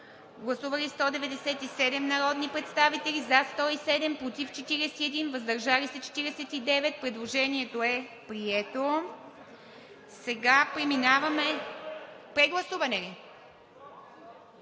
Гласували 197 народни представители: за 107, против 41, въздържали се 49. Предложението е прието. (Шум и реплики.) Искате ли прегласуване?